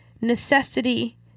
necessity